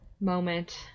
moment